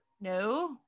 No